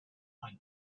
coin